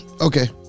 Okay